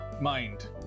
Mind